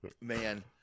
Man